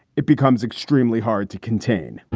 it becomes extremely hard to contain.